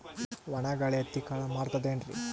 ಒಣಾ ಗಾಳಿ ಹತ್ತಿ ಹಾಳ ಮಾಡತದೇನ್ರಿ?